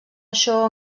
això